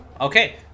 Okay